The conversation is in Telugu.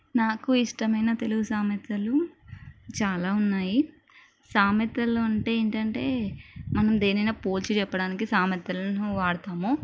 నాకు ఇష్టమైన తెలుగు సామెతలు చాలా ఉన్నాయి సామెతలు అంటే ఏంటంటే మనం దేన్నైనా పోల్చి చెప్పడానికి సామెతలను వాడతాము